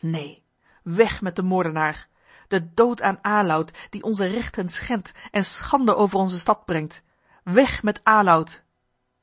neen weg met den moordenaar den dood aan aloud die onze rechten schendt en schande over onze stad brengt weg met